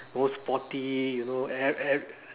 most sporty you know every every